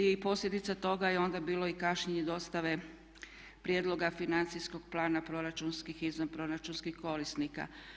I posljedica toga je onda bilo kašnjenje dostave prijedloga financijskog plana proračunskih i izvanproračunskih korisnika.